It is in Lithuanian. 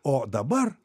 o dabar